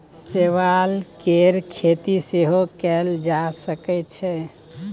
शैवाल केर खेती सेहो कएल जा सकै छै